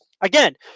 Again